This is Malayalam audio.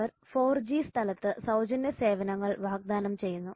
അവർ 4G സ്ഥലത്ത് സൌജന്യ സേവനങ്ങൾ വാഗ്ദാനം ചെയ്യുന്നു